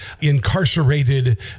incarcerated